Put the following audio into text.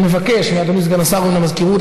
אני מבקש מאדוני סגן השר ומן המזכירות,